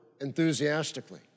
Enthusiastically